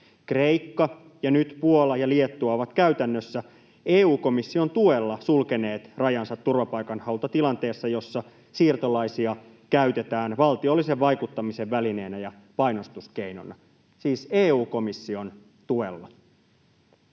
Kreikka ja nyt Puola ja Liettua ovat käytännössä — EU-komission tuella — sulkeneet rajansa turvapaikanhaulta tilanteessa, jossa siirtolaisia käytetään valtiollisen vaikuttamisen välineenä ja painostuskeinona. Siis EU-komission tuella.